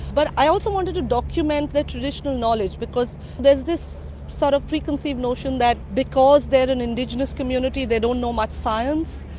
but i also wanted to document their traditional knowledge because there's this sort of preconceived notion that because they're an indigenous community, they don't know much science,